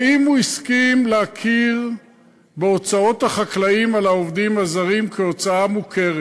האם הוא הסכים להכיר בהוצאות החקלאים על העובדים הזרים כהוצאה מוכרת?